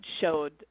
showed